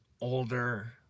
older